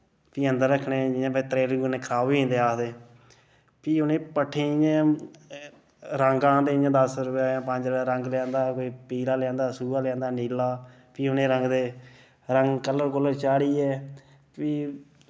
फ्ही अंदर रक्खने जि'यां भाई त्रेलु कन्नै खराब होइंदे आखदे फ्ही उ'नें पट्ठें इ'यां रंग आंह्दा इ'यां दस रपेऽ दा जां पंज रपेऽ दा रंग लेहांदा कोई पीला लेआंदा सुहा लेहांदा नीला फ्ही उ'नें रंगदे रंग कलर कूलर चाढ़ियै फ्ही